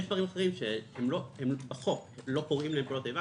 יש דברים אחרים שבחוק לא קוראים להם "פעולות איבה",